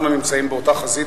אנחנו נמצאים באותה חזית,